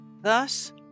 Thus